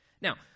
Now